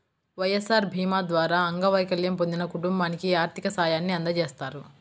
వైఎస్ఆర్ భీమా ద్వారా అంగవైకల్యం పొందిన కుటుంబానికి ఆర్థిక సాయాన్ని అందజేస్తారు